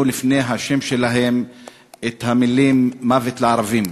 לפני השם שלהם את המילים "מוות לערבים".